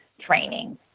training